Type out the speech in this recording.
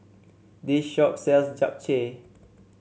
this shop sells Japchae